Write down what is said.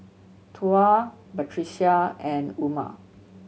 Tuah Batrisya and Umar